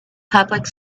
public